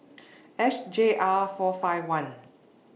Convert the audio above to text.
S J R four five one